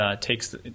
takes